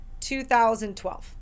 2012